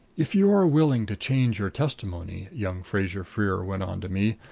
if you are willing to change your testimony, young fraser-freer went on to me,